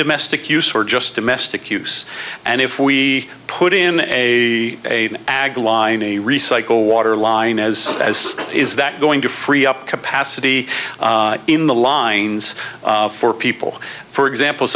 domestic use or just domestic use and if we put in a bag line a recycle water line as as is that going to free up capacity in the lines for people for example